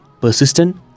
Persistent